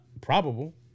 probable